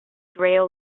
grail